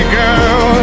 girl